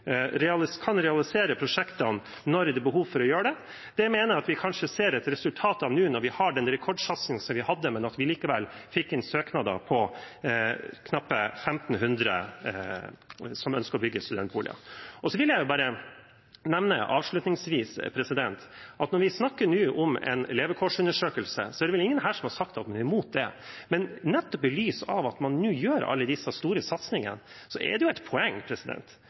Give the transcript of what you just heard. kan realisere prosjektene når det er behov for å gjøre det. Den rekordsatsingen mener jeg vi kanskje ser et resultat av nå, men vi fikk likevel inn knappe 1 500 søknader med ønske om å bygge studentboliger. Avslutningsvis vil jeg bare nevne at når vi nå snakker om en levekårsundersøkelse, er det vel ingen her som har sagt at vi er imot det. Men nettopp i lys av at man nå gjør alle disse store satsingene, er det et poeng